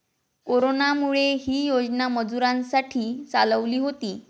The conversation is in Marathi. कोरोनामुळे, ही योजना मजुरांसाठी चालवली होती